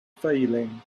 failing